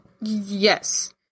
yes